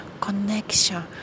connection